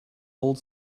old